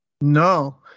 No